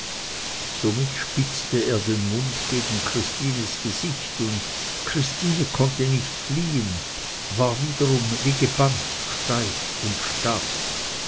somit spitzte er seinen mund gegen christines gesicht und christine konnte nicht fliehen war wiederum wie gebannt steif und starr